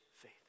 faith